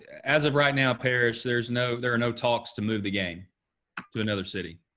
as of right now, parrish, there's no there are no talks to move the game to another city.